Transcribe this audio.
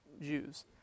Jews